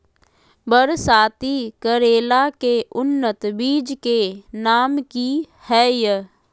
बरसाती करेला के उन्नत बिज के नाम की हैय?